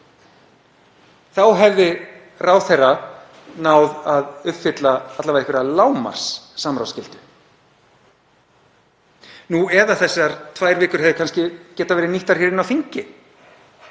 Þá hefði ráðherra náð að uppfylla alla vega einhverjar lágmarkssamráðsskyldu. Nú eða þessar tvær vikur hefðu kannski getað verið nýttar hér inni á þingi